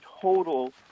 total